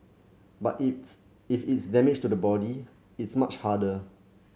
but it if it's damage to the body it's much harder